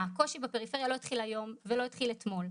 הקושי בפריפריה לא התחיל היום ולא התחיל אתמול.